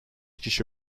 kişi